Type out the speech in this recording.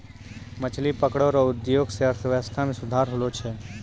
मछली पकड़ै रो उद्योग से अर्थव्यबस्था मे सुधार होलो छै